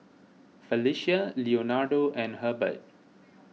Felicia Leonardo and Hebert